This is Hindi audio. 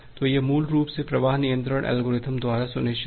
तो यह मूल रूप से प्रवाह नियंत्रण एल्गोरिदम द्वारा सुनिश्चित किया गया है